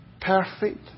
perfect